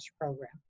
program